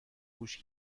گوش